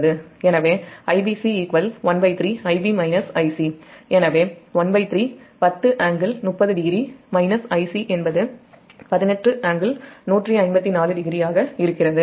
எனவே Ibc 13 எனவே 13 10∟300 Ic என்பது 18∟1540ஆக இருக்கிறது